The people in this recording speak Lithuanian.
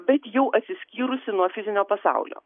bet jau atsiskyrusi nuo fizinio pasaulio